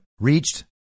reached